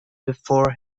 before